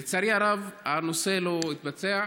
לצערי הרב, הנושא לא התבצע.